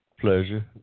pleasure